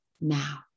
now